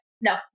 no